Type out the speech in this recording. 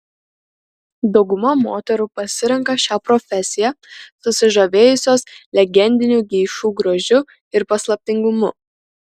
dauguma moterų pasirenka šią profesiją susižavėjusios legendiniu geišų grožiu ir paslaptingumu